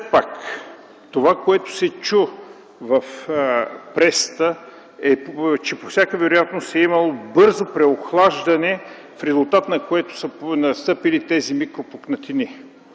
пак това, което се разбра от пресата - че по всяка вероятност е имало бързо преохлаждане, в резултат на което са настъпили тези микропукнатини.